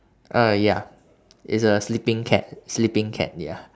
uh ya it's a sleeping cat sleeping cat ya